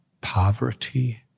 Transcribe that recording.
poverty